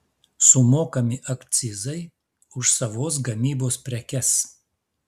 sumokami akcizai už savos gamybos prekes